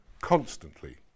constantly